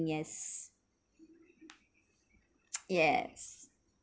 yes yes